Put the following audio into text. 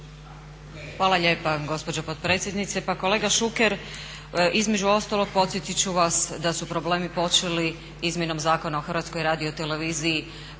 Hvala lijepa gospođo potpredsjednice. Pa kolega Šuker, između ostalog podsjetiti ću vas da su problemi počeli izmjenom Zakona o HRT-u. Prilikom